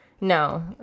No